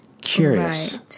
Curious